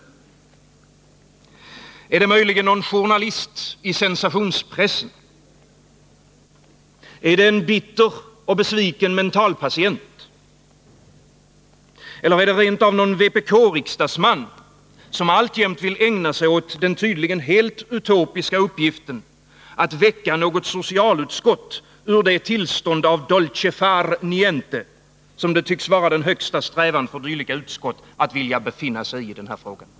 Är det möjligen någon journalist i sensationspressen? Är det en bitter och besviken mentalpatient? Är det rent av någon vpk-riksdagsman, som alltjämt vill ägna sig åt den tydligen helt utopiska uppgiften att väcka något socialutskott ur det tillstånd av dolce far niente som det tycks vara den högsta strävan för dylika utskott att få befinna sig i?